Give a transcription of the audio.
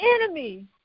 enemy